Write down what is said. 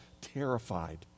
terrified